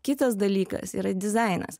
kitas dalykas yra dizainas